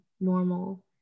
normal